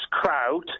crowd